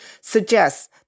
suggests